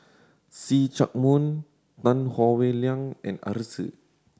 See Chak Mun Tan Howe Liang and Arasu